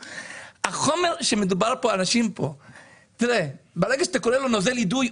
החומר שמדובר עליו פה כולל נוזל אידוי.